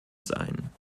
sein